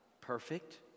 perfect